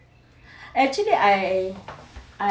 actually I